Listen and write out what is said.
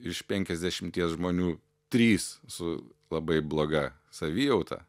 iš penkiasdešimties žmonių trys su labai bloga savijauta